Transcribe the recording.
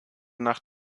nach